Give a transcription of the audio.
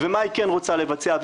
ומה היא כן רוצה לבצע,